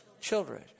children